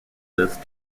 this